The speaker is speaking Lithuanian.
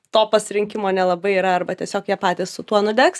to pasirinkimo nelabai yra arba tiesiog jie patys su tuo nudegs